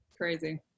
Crazy